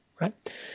right